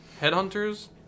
Headhunters